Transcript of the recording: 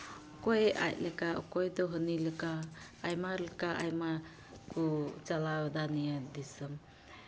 ᱚᱠᱚᱭ ᱟᱡ ᱞᱮᱠᱟ ᱚᱠᱚᱭ ᱫᱚ ᱦᱟᱹᱱᱤ ᱞᱮᱠᱟ ᱟᱭᱢᱟ ᱞᱮᱠᱟ ᱟᱭᱢᱟ ᱠᱚ ᱪᱟᱞᱟᱣᱫᱟ ᱱᱤᱭᱟᱹ ᱫᱤᱥᱚᱢ